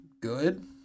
good